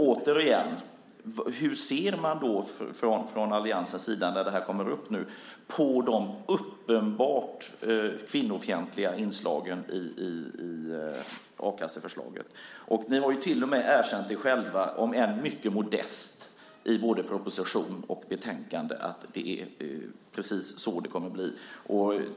Återigen undrar jag hur man från alliansens sida ser på de uppenbart kvinnofientliga inslagen i a-kasseförslaget? Ni har till och med erkänt själva, om än mycket modest, i både proposition och betänkande att det är precis så det kommer att bli.